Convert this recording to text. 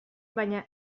baina